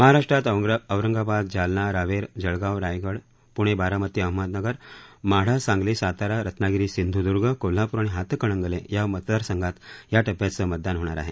महाराष्ट्रात औरंगाबाद जालना रावेर जळगाव रायगड पुणे बारामती अहमदनगर माढा सांगली सातारा रत्नागिरी सिंधुदुर्ग कोल्हापूर आणि हातकणंगले या मतदारसंघात या टप्प्याचं मतदान होणार आहे